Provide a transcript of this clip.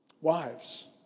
Wives